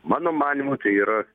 mano manymu tai yra